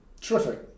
terrific